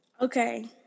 okay